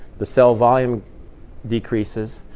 the cell volume decreases.